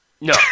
No